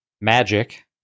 Magic